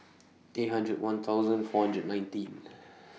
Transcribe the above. eight hundred one thousand four hundred nineteen